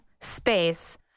space